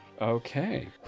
Okay